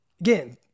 again